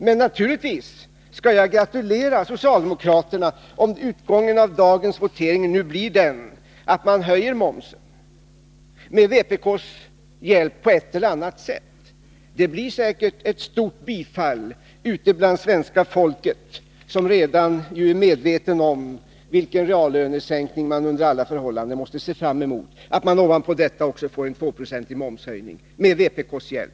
Men naturligtvis skall jag gratulera socialdemokraterna om utgången av dagens votering blir den att momsen höjs — med vpk:s hjälp, på ett eller annat sätt. Det blir säkert ett stort bifall från svenska folket, som redan är medvetet om vilken reallönesänkning man under alla förhållanden måste se fram emot. Ovanpå detta får man också en tvåprocentig momshöjning — med vpk:s hjälp.